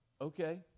Okay